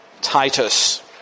Titus